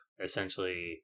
essentially